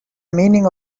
meaning